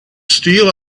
steal